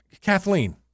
Kathleen